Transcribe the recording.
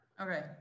Okay